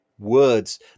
words